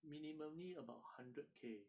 minimumly about hundred k